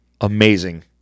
amazing